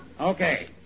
Okay